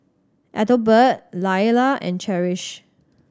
Ethelbert Lailah and Cherish